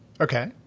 Okay